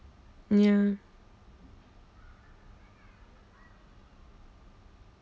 ya